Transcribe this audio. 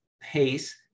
pace